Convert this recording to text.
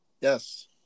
Yes